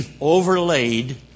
overlaid